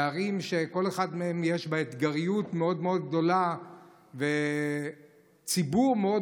אלה ערים שבכל אחת מהן יש אתגרים מאוד מאוד גדולים וציבור מאוד